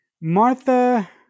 Martha